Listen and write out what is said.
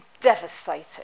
devastated